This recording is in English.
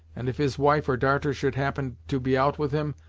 and if his wife or darter should happen to be out with him,